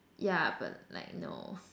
yeah but like no